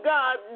God